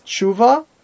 tshuva